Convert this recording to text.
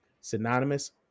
synonymous